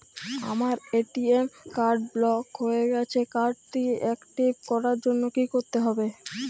আমার ATM card block হয়ে গেছে কার্ড টি একটিভ করার জন্যে কি করতে হবে?